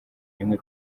rimwe